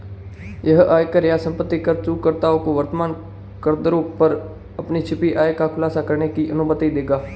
यह आयकर या संपत्ति कर चूककर्ताओं को वर्तमान करदरों पर अपनी छिपी आय का खुलासा करने की अनुमति देगा